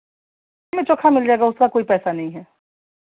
नहीं चोखा मिल जाएगा उसका कोई पैसा नहीं है